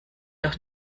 doch